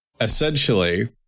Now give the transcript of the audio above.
essentially